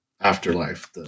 afterlife